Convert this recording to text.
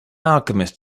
alchemist